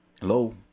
Hello